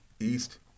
East